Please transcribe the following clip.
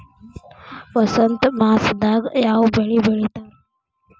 ವಸಂತ ಮಾಸದಾಗ್ ಯಾವ ಬೆಳಿ ಬೆಳಿತಾರ?